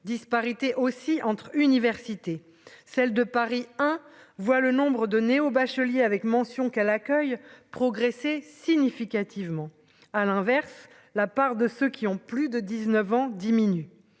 disparités aussi entre universités, celle de Paris, hein, voit le nombre de néo-bacheliers avec mention qu'à l'accueil progresser significativement à l'inverse, la part de ceux qui ont plus de 19 ans diminue